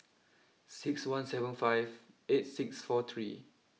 six one seven five eight six four three